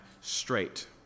straight